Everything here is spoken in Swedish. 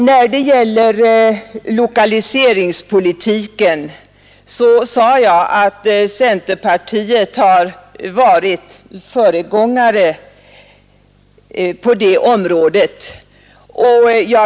När det gäller lokaliseringspolitiken sade jag att centerpartiet har varit föregångare på det området.